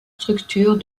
structures